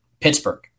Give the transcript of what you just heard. Pittsburgh